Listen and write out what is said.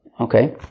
Okay